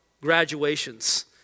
graduations